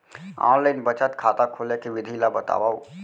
Online बचत खाता खोले के विधि ला बतावव?